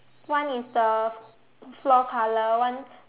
one is the floor colour one